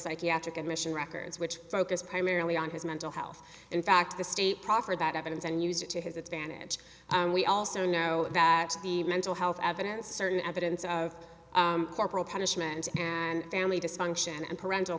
psychiatric admission records which focus primarily on his mental health in fact the state proffered that evidence and used it to his advantage and we also know that the mental health advocates certain evidence of corporal punishment and family dysfunction and parental